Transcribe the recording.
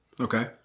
Okay